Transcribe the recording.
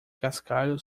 cascalho